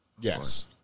Yes